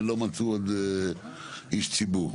לא מצאו עוד איש ציבור.